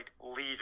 leader